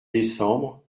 décembre